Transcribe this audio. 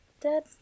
dead